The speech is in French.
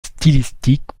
stylistique